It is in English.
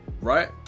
right